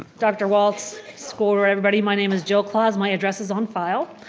dr. walts, school board, everybody. my name is jill clause, my address is on file.